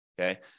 okay